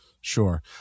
Sure